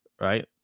right